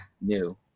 New